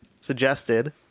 suggested